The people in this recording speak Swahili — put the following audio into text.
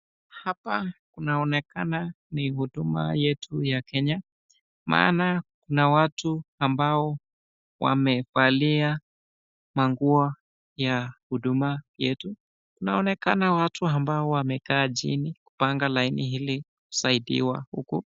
Hapa kunaonekana ni huduma yetu ya Kenya maana kuna watu ambao wamevalia manguo ya huduma yetu. Inaonekana watu ambao wamekaa chini kupanga laini ili kusaidiwa huku.